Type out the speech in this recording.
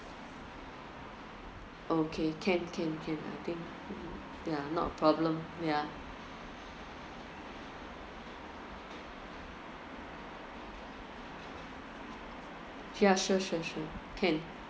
okay can can can I think ya not a problem ya ya sure sure sure can